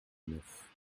neuf